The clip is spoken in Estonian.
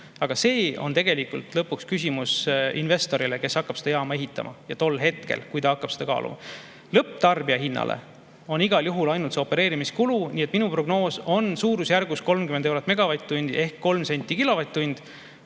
Aga see on tegelikult küsimus investorile, kes hakkab seda jaama ehitama, ja tol hetkel, kui ta hakkab seda kaaluma. Lõpptarbija hinnale see on igal juhul ainult opereerimiskulu. Minu prognoos on suurusjärgus 30 eurot megavatt-tund ehk kolm senti kilovatt-tund.